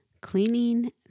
cleaning